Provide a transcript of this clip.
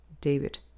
David